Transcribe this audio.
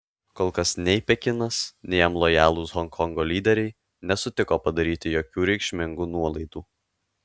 kol kas nei pekinas nei jam lojalūs honkongo lyderiai nesutiko padaryti jokių reikšmingų nuolaidų